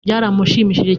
byaramushimishije